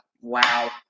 wow